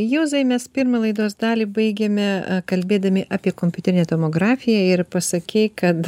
juozai mes pirmą laidos dalį baigėme kalbėdami apie kompiuterinę tomografiją ir pasakei kad